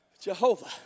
Jehovah